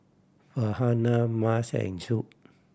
Farhanah Mas and Zul